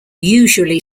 usually